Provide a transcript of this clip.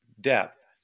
depth